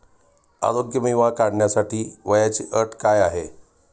आरोग्य विमा काढण्यासाठी वयाची अट काय आहे?